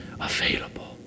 available